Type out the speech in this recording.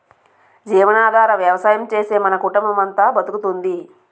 జీవనాధార వ్యవసాయం చేసే మన కుటుంబమంతా బతుకుతోంది